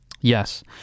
Yes